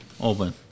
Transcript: open